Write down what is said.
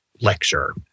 lecture